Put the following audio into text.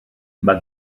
mae